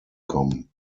kommen